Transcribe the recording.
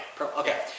Okay